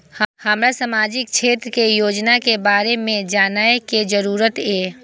हमरा सामाजिक क्षेत्र के योजना के बारे में जानय के जरुरत ये?